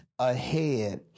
Ahead